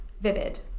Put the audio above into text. vivid